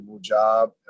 job